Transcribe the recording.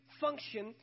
function